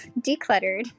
decluttered